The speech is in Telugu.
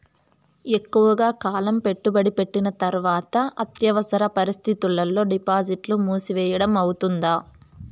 ఎక్కువగా కాలం పెట్టుబడి పెట్టిన తర్వాత అత్యవసర పరిస్థితుల్లో డిపాజిట్లు మూసివేయడం అవుతుందా?